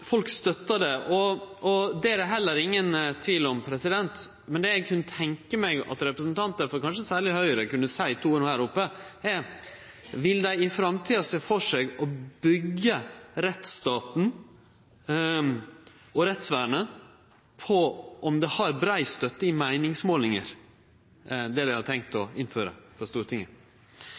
folk stør det – og det er det heller ingen tvil om. Men det eg kunne tenkje meg at representantar, særleg frå Høgre, kunne seie to ord om her oppe, er: Vil dei i framtida sjå for seg å byggje rettsstaten og rettsvernet på om det har brei støtte i meiningsmålingar det dei har tenkt å innføre frå Stortinget?